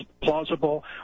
plausible